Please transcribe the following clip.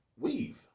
weave